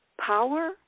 power